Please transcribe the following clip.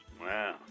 Wow